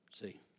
See